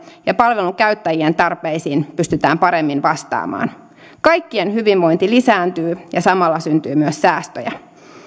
ja palvelun käyttäjien tarpeisiin pystytään paremmin vastaamaan kaikkien hyvinvointi lisääntyy ja samalla syntyy myös säästöjä